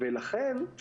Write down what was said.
הזאת,